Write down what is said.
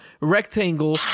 rectangle